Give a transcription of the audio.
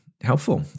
helpful